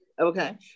Okay